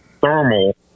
thermal